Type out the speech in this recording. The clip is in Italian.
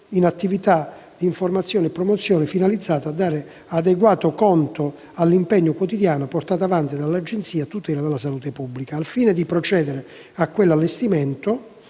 in attività di informazione e promozione, finalizzata a dare adeguatamente conto dell'impegno quotidiano portato avanti dall'Agenzia a tutela della salute pubblica. Al fine di procedere all'allestimento